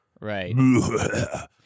Right